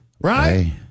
right